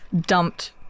dumped